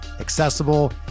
accessible